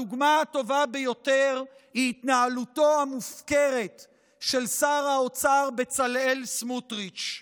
הדוגמה הטובה ביותר היא התנהלותו המופקרת של שר האוצר בצלאל סמוטריץ'.